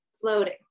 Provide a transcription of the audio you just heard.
Floating